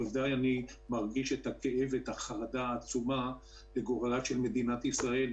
אני עדיין מרגיש את הכאב ואת החרדה העצומה לגורלה של מדינת ישראל,